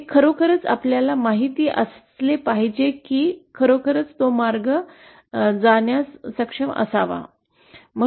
हे खरोखर आपल्याला माहित असले पाहिजे की खरोखरच तो मार्ग जाणण्यास सक्षम असावे